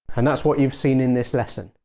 and that's what you've seen in this lesson.